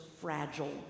fragile